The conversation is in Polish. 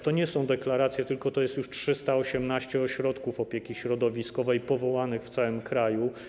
To nie są deklaracje, tylko to jest już 318 ośrodków opieki środowiskowej powołanych w całym kraju.